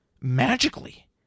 magically